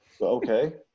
okay